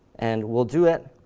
and we'll do it